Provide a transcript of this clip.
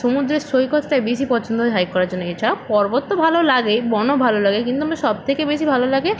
সমুদ্রের সৈকতটাই বেশি পছন্দ হয় হাইক করার জন্য এছাড়া পর্বত তো ভালো লাগে বনও ভালো লাগে কিন্তু আমার সব থেকে বেশি ভালো লাগে